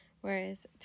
whereas